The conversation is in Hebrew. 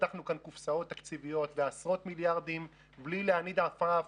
פתחנו כאן קופסאות תקציביות ועשרות מיליארדים בלי להניד עפעף,